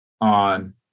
on